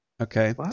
okay